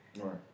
Right